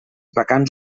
vacants